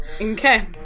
Okay